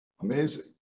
amazing